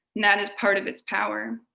that is part of its power.